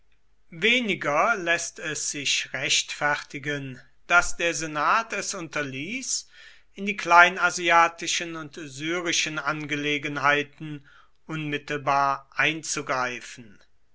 weniger läßt es sich rechtfertigen daß der senat es unterließ in die kleinasiatischen und syrischen angelegenheiten unmittelbar einzugreifen